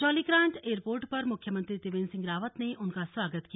Jolly Grant airport पर मुख्यमंत्री त्रिवेंद्र सिंह रावत ने उनका स्वागत किया